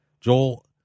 Joel